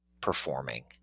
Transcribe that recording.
performing